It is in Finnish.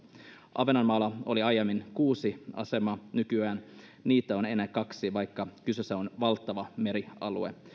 ahvenanmaalla oli aiemmin kuusi asemaa nykyään niitä on enää kaksi vaikka kyseessä on valtava merialue